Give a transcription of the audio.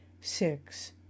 Six